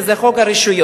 וזה חוק הרשויות.